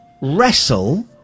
wrestle